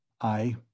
I—